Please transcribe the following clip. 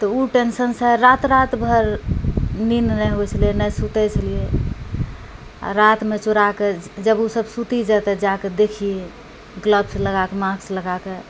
तऽ ओ टेन्शनसँ रात रात भर नीन्द नहि होइ छलै नहि सुतै छलिए रातमे चोराकऽ जब ओसब सुति जाइ तब जाकऽ देखिए गलव्स लगाकऽ मास्क लगाकऽ